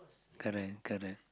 correct correct